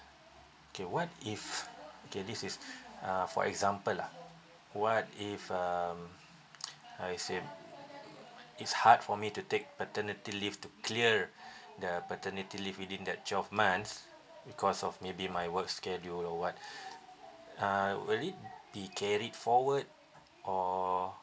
okay what if okay this is uh for example lah what if um I say it's hard for me to take paternity leave to clear the paternity leave within that twelve months because of maybe my work schedule or [what] uh will be carried forward or